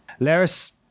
Laris-